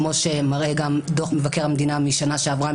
כמו שמראה גם דוח מבקר המדינה משנה שעברה,